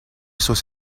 sus